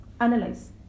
Analyze